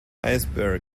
iceberg